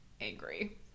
angry